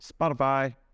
Spotify